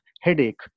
headache